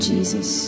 Jesus